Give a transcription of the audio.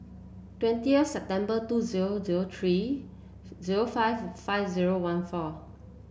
twentieth September two zero zero three zero five five zero one four